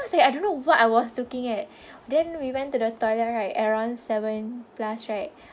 was like I don't know what I was looking at then we went to the toilet right around seven plus right